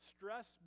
Stress